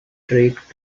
trick